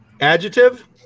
adjective